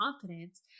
confidence